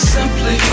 Simply